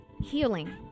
healing